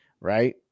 right